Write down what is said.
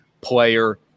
player